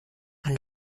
und